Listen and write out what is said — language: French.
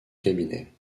cabinet